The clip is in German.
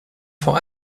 vor